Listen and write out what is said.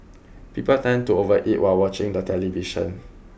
people tend to overeat while watching the television